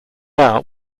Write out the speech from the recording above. out